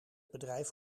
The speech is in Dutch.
bedrijf